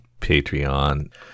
Patreon